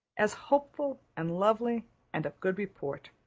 as hopeful and lovely and of good report.